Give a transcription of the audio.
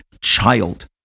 child